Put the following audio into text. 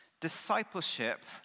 Discipleship